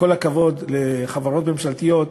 בכל הכבוד לחברות ממשלתיות,